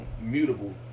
mutable